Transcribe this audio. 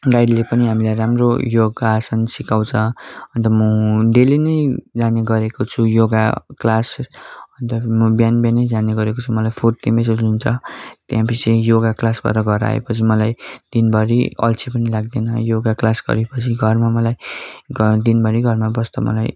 गाइडले पनि हामीलाई राम्रो योगा आसन सिकाउँछ अन्त म डेली नै जाने गरेको छु योगा क्लास अन्त म बिहान बिहानै जाने गरेको छु मलाई फुर्ती महसुस हुन्छ त्ययपछि योगा क्लास गएर घर आएपछि मलाई दिनभरि अल्छी पनि लाग्दैन योगा क्लास गरेपछि घरमा मलाई घर दिनभरि घरमा बस्दा मलाई